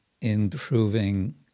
improving